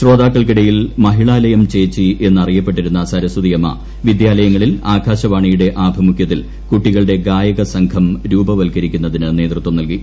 ശ്രോതാക്കൾക്കിടയിൽ മഹിളാലയം ചേച്ചി എന്ന് അറിയപ്പെട്ടിരുന്ന സരസ്വതി അമ്മ വിദ്യാലയങ്ങളിൽ ആകാശവാണിയുടെ ആഭിമുഖൃത്തിൽ കുട്ടികളുടെ ഗായകസംഘം രൂപവൽക്കരിക്കുന്നതിന് നേതൃത്വം നൽകി